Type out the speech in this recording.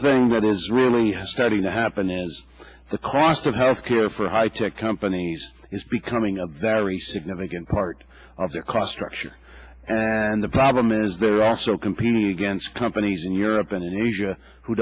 thing that is really starting to happen is the cost of health care for high tech companies is becoming a very significant part of their cost structure and the problem is they're also competing against companies in europe and in asia who